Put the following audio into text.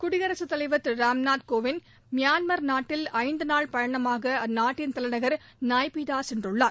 குடியரசுத்தலைவா் திரு ராம்நாத் கோவிந்த் மியான்மா் நாட்டில் ஐந்து நாள் பயணமாக அந்நாட்டின் தலைநகர் நாய் பி தா சென்றுள்ளார்